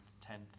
tenth